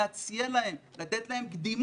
לתת להן קדימות,